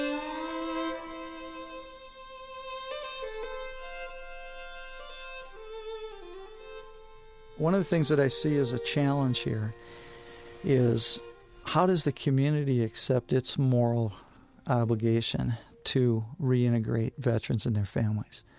um one of the things that i see as a challenge here is how does the community accept its moral obligation to reintegrate veterans and their families?